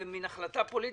בהחלטה פוליטית,